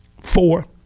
Four